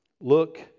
Look